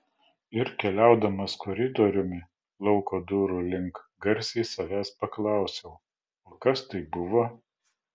ir keliaudamas koridoriumi lauko durų link garsiai savęs paklausiau o kas tai buvo